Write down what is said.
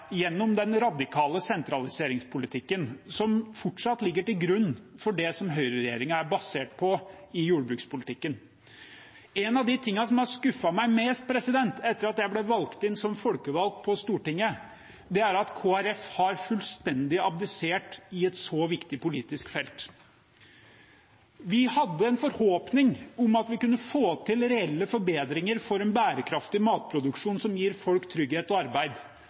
gjennom den radikale sentraliseringspolitikken som fortsatt ligger til grunn når det gjelder det som høyreregjeringen er basert på i jordbrukspolitikken. En av de tingene som har skuffet meg mest etter at jeg kom inn som folkevalgt på Stortinget, er at Kristelig Folkeparti fullstendig har abdisert på et så viktig politisk felt. Vi hadde en forhåpning om at vi kunne få til reelle forbedringer for en bærekraftig matproduksjon som gir folk trygghet og arbeid